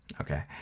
okay